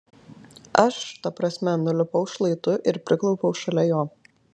aš ta prasme nulipau šlaitu ir priklaupiau šalia jo